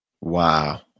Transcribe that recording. Wow